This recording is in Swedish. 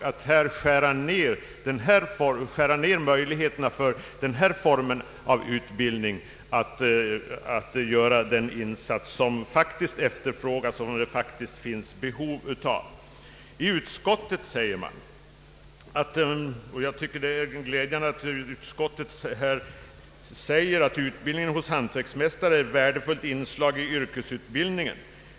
Det är alltså för tidigt att skära ned möjligheterna för denna form av utbildning att göra den insats som efterfrågas och som det faktiskt finns behov av. Utskottet säger, och det tycker jag är glädjande, att utbildningen hos hantverksmästare är ett värdefullt inslag i yrkesutbildningen.